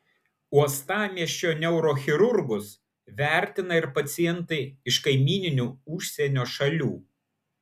uostamiesčio neurochirurgus vertina ir pacientai iš kaimyninių užsienio šalių